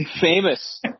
Famous